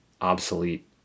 obsolete